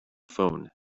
phone